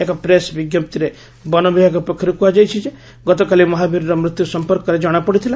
ଏକ ପ୍ରେସ୍ ବିଙ୍କପ୍ତିରେ ବନ ବିଭାଗ ପକ୍ଷର୍ କୁହାଯାଇଛି ଯେ ଗତକାଲି ମହାବୀରର ମୃତ୍ଧୁ ସଂପର୍କରେ ଜଣାପଡ଼ିଥିଲା